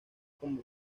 como